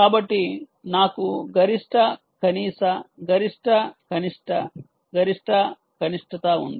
కాబట్టి నాకు గరిష్ట కనీస గరిష్ట కనిష్ట గరిష్ట కనిష్టత ఉంది